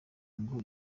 ngo